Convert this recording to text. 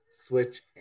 Switch